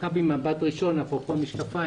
מכבי מבט ראשון היא רשת